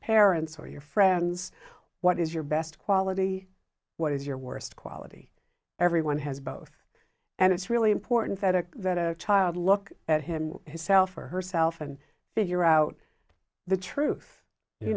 parents or your friends what is your best quality what is your worst quality everyone has both and it's really important that a that a child look at him herself or herself and figure out the truth you